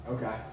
Okay